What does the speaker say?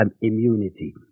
immunity